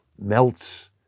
melts